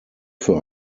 für